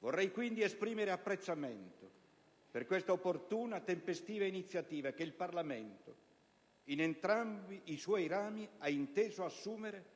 Vorrei quindi esprimere apprezzamento per questa opportuna e tempestiva iniziativa che il Parlamento, in entrambi i suoi rami, ha inteso assumere